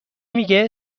میگه